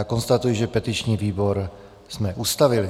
Konstatuji, že petiční výbor jsme ustavili.